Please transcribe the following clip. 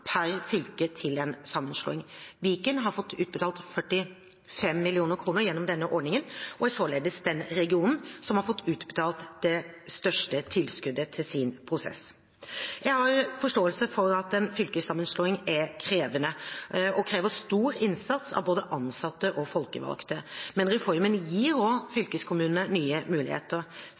per fylke til en sammenslåing. Viken har fått utbetalt 45 mill. kr gjennom denne ordningen og er således den regionen som har fått utbetalt det største tilskuddet til sin prosess. Jeg har forståelse for at en fylkessammenslåing er krevende og krever stor innsats av både ansatte og folkevalgte. Men reformen gir også fylkeskommunene nye muligheter.